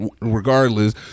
regardless